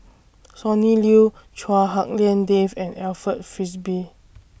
Sonny Liew Chua Hak Lien Dave and Alfred Frisby